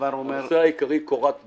הנושא העיקרי הוא קורת גג.